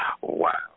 Wow